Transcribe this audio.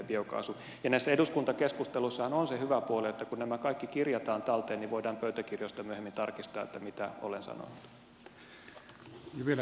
ja näissä eduskuntakeskusteluissahan on se hyvä puoli että kun nämä kaikki kirjataan talteen niin voidaan pöytäkirjoista myöhemmin tarkistaa mitä olen sanonut